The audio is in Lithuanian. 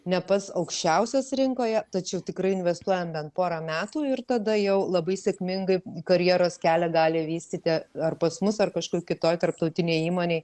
ne pats aukščiausias rinkoje tačiau tikrai investuojam bent porą metų ir tada jau labai sėkmingai karjeros kelią gali vystyti ar pas mus ar kažkur kitoj tarptautinėj įmonėj